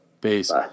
Peace